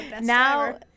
Now